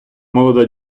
молода